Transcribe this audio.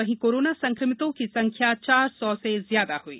वहीं कोरोना संक्रमितों की संख्या चार सौ से ज्यादा हुई